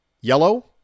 Yellow